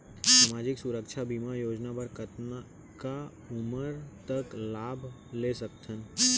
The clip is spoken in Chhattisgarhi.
सामाजिक सुरक्षा बीमा योजना बर कतका उमर तक लाभ ले सकथन?